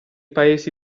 paesi